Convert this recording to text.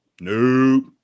nope